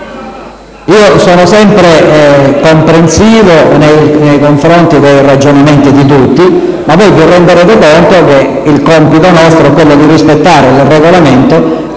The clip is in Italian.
Io sono sempre comprensivo nei confronti dei ragionamenti di tutti, ma voi vi renderete conto che il nostro compito è quello di rispettare il Regolamento,